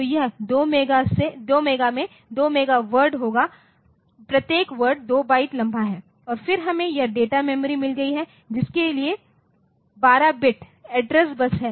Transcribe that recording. तो यह 2 मेगा में 2 मेगा वर्ड होगा प्रत्येक वर्ड 2 बाइट लंबा है और फिर हमें यह डेटा मेमोरी मिल गई है जिसके लिए 12 बिट एड्रेस बस है